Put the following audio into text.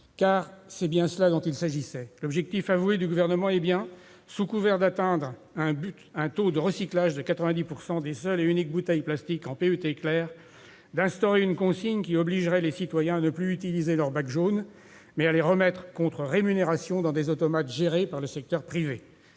s'agissait bien de cela ! L'objectif avoué du Gouvernement est bien, sous couvert d'atteindre un taux de recyclage de 90 % des seules bouteilles plastiques en PET clair, d'instaurer une consigne qui obligerait les citoyens à ne plus utiliser leur bac jaune, mais à remettre ces bouteilles contre rémunération dans des automates gérés par le secteur privé.